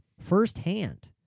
firsthand